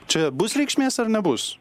čia bus reikšmės ar nebus